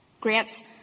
grants –